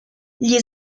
gli